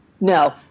no